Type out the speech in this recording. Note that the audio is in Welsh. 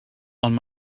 ond